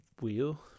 wheel